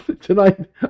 tonight